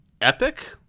epic